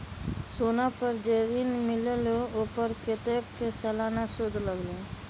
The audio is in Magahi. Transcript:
सोना पर जे ऋन मिलेलु ओपर कतेक के सालाना सुद लगेल?